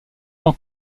tant